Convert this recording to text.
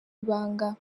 ibanga